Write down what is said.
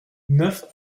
neuf